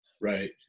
Right